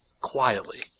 quietly